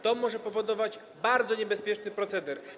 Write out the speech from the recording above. To może powodować bardzo niebezpieczny proceder.